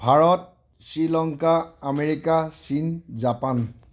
Bharat Sri Lanka America চীন Japan